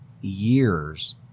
years